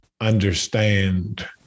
understand